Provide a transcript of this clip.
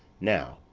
now.